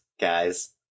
guys